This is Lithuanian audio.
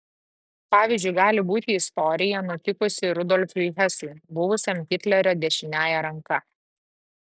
pavyzdžiu gali būti istorija nutikusi rudolfui hesui buvusiam hitlerio dešiniąja ranka